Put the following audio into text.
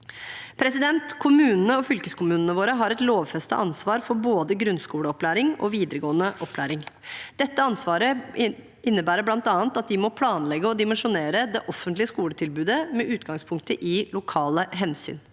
forpliktelser. Kommunene og fylkeskommunene våre har et lovfestet ansvar for både grunnskoleopplæring og videregående opplæring. Dette ansvaret innebærer bl.a. at de må planlegge og dimensjonere det offentlige skoletilbudet med utgangspunkt i lokale hensyn.